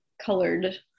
colored